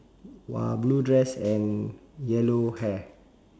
!wah! blue dress and yellow hair